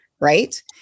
Right